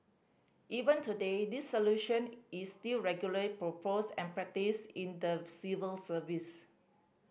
even today this solution is still regularly proposed and practised in the civil service